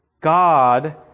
God